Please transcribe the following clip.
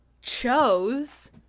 chose